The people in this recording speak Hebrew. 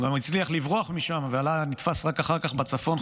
הוא הצליח לברוח משם ונתפס רק אחר כך בצפון,